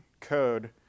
code